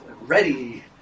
ready